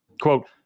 quote